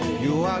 you